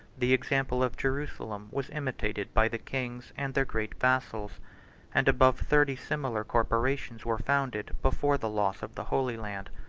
the example of jerusalem was imitated by the kings and their great vassals and above thirty similar corporations were founded before the loss of the holy land.